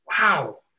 wow